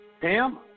Pam